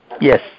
Yes